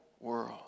world